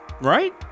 right